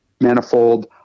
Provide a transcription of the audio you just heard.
manifold